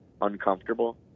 uncomfortable